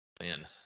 Man